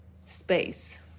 space